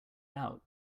out